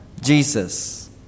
Jesus